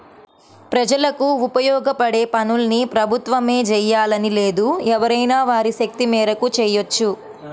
ప్రజలకు ఉపయోగపడే పనుల్ని ప్రభుత్వమే జెయ్యాలని లేదు ఎవరైనా వారి శక్తి మేరకు చెయ్యొచ్చు